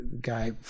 Guy